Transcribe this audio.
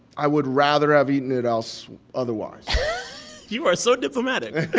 i would rather have eaten it else otherwise you are so diplomatic